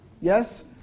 yes